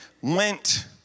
went